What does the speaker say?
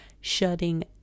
shutting